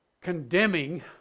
condemning